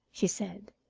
she said.